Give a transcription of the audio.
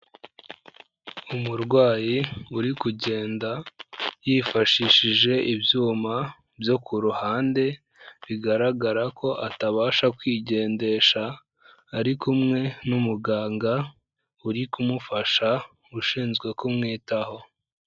Umurwayi uri kugenda yifashishije ibyuma byo ku ruhande, bigaragara ko atabasha kwigendesha, ari kumwe n'umuganga uri kumufasha ushinzwe kumwitaho.